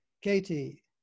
Katie